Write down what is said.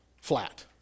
flat